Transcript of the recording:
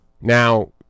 Now